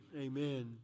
amen